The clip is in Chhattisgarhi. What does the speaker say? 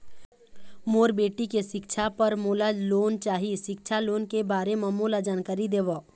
मोर बेटी के सिक्छा पर मोला लोन चाही सिक्छा लोन के बारे म मोला जानकारी देव?